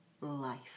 life